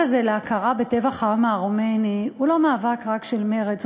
הזה להכרה בטבח העם הארמני הוא לא מאבק רק של מרצ,